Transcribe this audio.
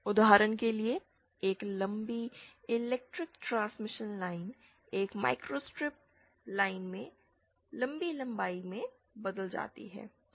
उदाहरण के लिए लंबी इलेक्ट्रिक ट्रांसमिशन लाइन एक माइक्रोस्ट्रिप लाइन में लंबी लंबाई में बदल जाती है